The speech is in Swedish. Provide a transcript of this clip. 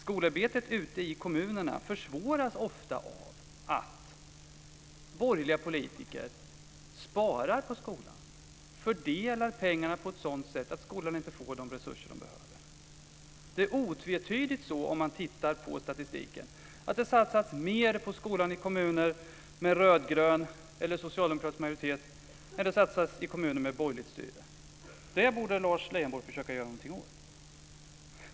Skolarbetet ute i kommunerna försvåras ofta av att borgerliga politiker sparar på skolan och fördelar pengarna på ett sådant sätt att skolan inte får de resurser som den behöver. Om man tittar på statistiken ser man att det otvetydigt satsas mer på skolan i kommuner med rödgrön eller socialdemokratisk majoritet än det satsas i kommuner med borgerligt styre. Det borde Lars Leijonborg försöka göra någonting åt.